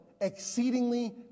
exceedingly